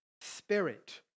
Spirit